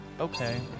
Okay